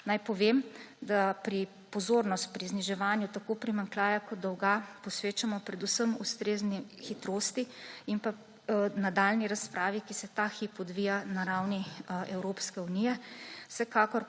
Naj povem, da pozornost pri zniževanju tako primanjkljaja kot dolga posvečamo predvsem ustrezni hitrosti in nadaljnji razpravi, ki se ta hip odvija na ravni Evropske unije. Vsekakor